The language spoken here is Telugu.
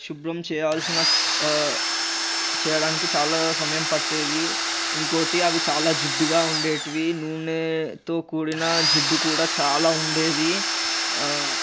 శుభ్రం చేయాల్సిన చేయడానికి చాలా సమయం పట్టేది ఇంకోటి అవి చాలా జిడ్డుగా ఉండేటివి నూనేతో కూడిన జిడ్డు కూడా చాలా ఉండేది